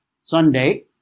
Sunday